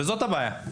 וזאת הבעיה.